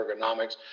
ergonomics